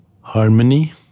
harmony